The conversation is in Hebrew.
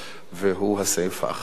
הסעיף האחרון: